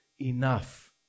enough